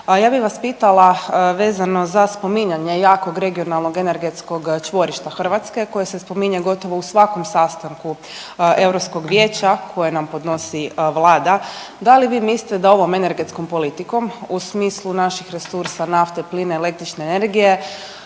ja bih vas pitala vezano za spominjanje jakog regionalnog energetskog čvorišta Hrvatske koje se spominje gotovo u svakom sastavku Europskog vijeća koje nam podnosi Vlada, da li vi mislite da ovom energetskom politikom u smislu naših resursa nafte, plina, električne energije,